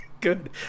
good